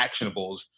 actionables